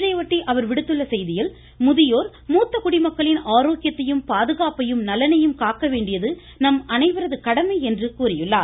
இதையொட்டி அவர் விடுத்துள்ள செய்தியில் முதியோர் மூத்த குடிமக்களின் ஆரோக்கியத்தையும் பாதுகாப்பையும் நலனையும் காக்க வேண்டியது நம் அனைவரது கடமை என்று கூறியுள்ளார்